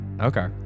Okay